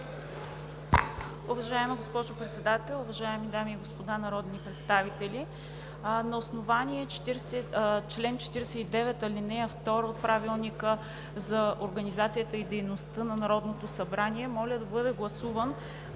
Уважаема госпожо Председател, уважаеми дами и господа народни представители! На основание чл. 49, ал. 2 от Правилника за организацията и дейността на Народното събрание, моля да бъде гласуван